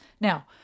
Now